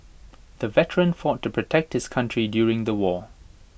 the veteran fought to protect his country during the war